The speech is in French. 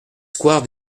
square